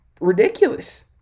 ridiculous